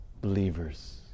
believers